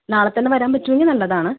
നാളെ തന്നെ വരാൻ പറ്റുമെങ്കിൽ നല്ലതാണ്